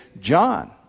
John